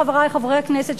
חברי חברי הכנסת,